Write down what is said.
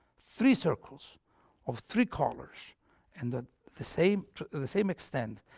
three circles of three colours and the the same the same extent,